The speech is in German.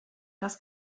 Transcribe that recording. das